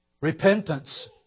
repentance